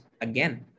again